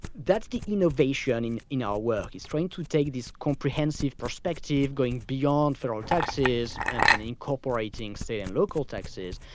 that's the innovation in in our work is trying to take this comprehensive prospective going beyond federal taxes, and and incorporating state and local taxes,